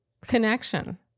connection